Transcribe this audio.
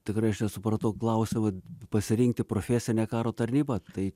tikrai aš nesupratau klausimo pasirinkti profesinę karo tarnybą tai